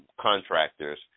contractors